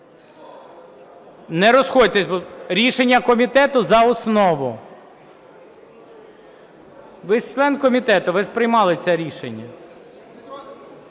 Не розходьтесь! Рішення комітету – за основу. Ви ж член комітету, ви ж приймали це рішення.